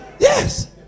Yes